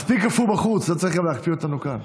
מספיק קפוא בחוץ, לא צריך גם להקפיא אותנו כאן.